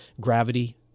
Gravity